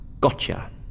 Gotcha